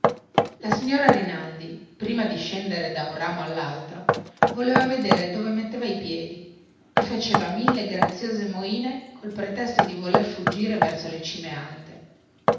la signora rinaldi prima di scendere da un ramo allaltro voleva vedere dove metteva i piedi e faceva mille graziose moine col pretesto di voler fuggire verso le cime alte